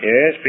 Yes